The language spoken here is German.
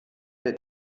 der